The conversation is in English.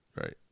Right